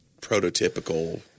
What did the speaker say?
prototypical